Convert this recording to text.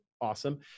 awesome